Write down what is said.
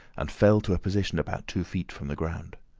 and fell to a position about two feet from the ground.